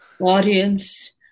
audience